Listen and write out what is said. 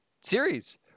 series